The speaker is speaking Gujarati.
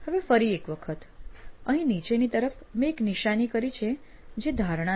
હવે ફરી એક વખત અહીં નીચેની તરફ મેં એક નિશાની કરી છે જે ધારણા છે